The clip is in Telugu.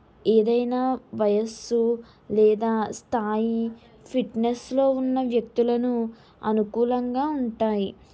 ఏదైనా వయస్సు లేదా స్థాయి ఫిట్నెస్ లో ఉన్న వ్యక్తులను అనుకూలంగా ఉంటాయి